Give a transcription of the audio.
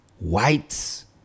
whites